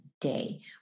day